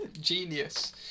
genius